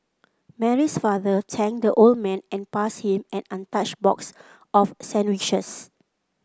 Mary's father thanked the old man and passed him an untouched box of sandwiches